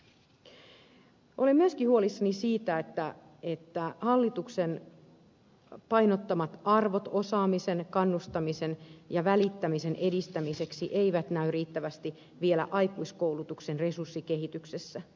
olen myöskin huolissani siitä että hallituksen painottamat arvot osaamisen kannustamisen ja välittämisen edistämiseksi eivät näy riittävästi vielä aikuiskoulutuksen resurssikehityksessä